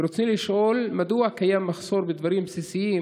רצוני לשאול: 1. מדוע קיים מחסור בדברים בסיסיים